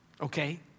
okay